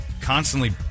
constantly